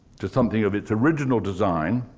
to something of its original design,